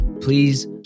please